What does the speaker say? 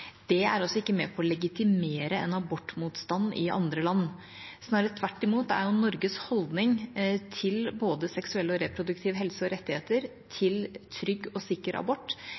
er med på å legitimere en abortmotstand i andre land. Snarere tvert imot, Norges holdning til både seksuell og reproduktiv helse og rettigheter til trygg og sikker abort